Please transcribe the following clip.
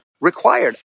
required